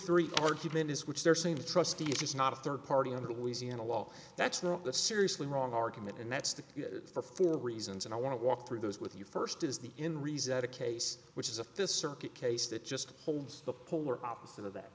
three argument is which they're saying the trustee is not a third party under the louisiana law that's not the seriously wrong argument and that's the key for four reasons and i want to walk through those with you first is the in result a case which is a fist circuit case that just holds the polar opposite of that